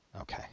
okay